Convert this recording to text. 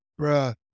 Bruh